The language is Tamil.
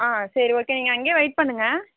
சரி ஓகே நீங்கள் அங்கேயே வெய்ட் பண்ணுங்கள்